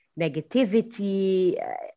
negativity